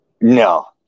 No